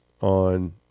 on –